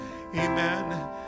Amen